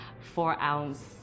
four-ounce